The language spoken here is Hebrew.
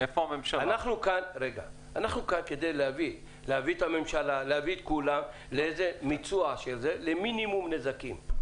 אנחנו כאן כדי להביא את הממשלה ואת כולם לאיזשהו מיצוע ולמינימום נזקים.